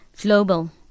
Global